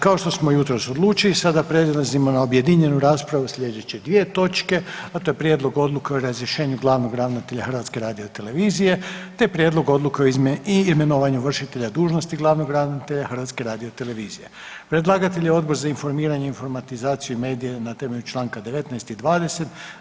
Kao što smo jučer odlučili sada prelazimo na objedinjenu raspravu sljedeće dvije točke, a to je: - Prijedlog odluke o razrješenju glavnog ravnatelja HRT-a, te - Prijedlog odluke o imenovanju vršitelja dužnosti glavnog ravnatelja HRT-a Predlagatelj je Odbor za informiranje, informatizaciju i medije na temelju čl. 19. i 20.